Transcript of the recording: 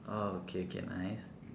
orh okay okay nice